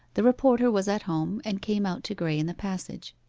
the reporter was at home, and came out to graye in the passage.